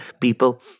People